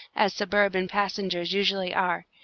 as suburban passengers' usually are,